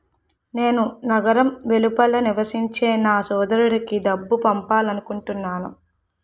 నేను నగరం వెలుపల నివసించే నా సోదరుడికి డబ్బు పంపాలనుకుంటున్నాను